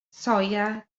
soia